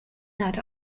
not